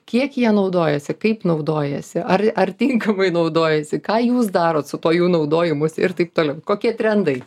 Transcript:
kiek jie naudojasi kaip naudojasi ar ar tinkamai naudojasi ką jūs darot su tuo jų naudojimusi ir taip toliau kokie trendai